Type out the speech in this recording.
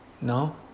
No